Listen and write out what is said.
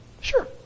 Sure